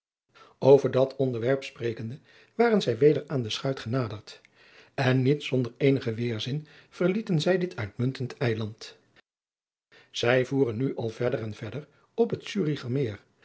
over dat onderwerp sprekende waren zij weder aan de schuit genaderd en niet zonder eenigen weêrzin verlieten zij dit uitmuntend eiland zij voeren nu al verder en verder op het zuricher meer